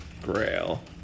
Grail